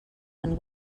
han